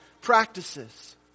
practices